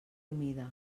humida